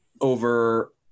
over